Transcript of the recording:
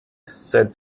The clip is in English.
said